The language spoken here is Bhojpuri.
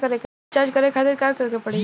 मोबाइल रीचार्ज करे खातिर का करे के पड़ी?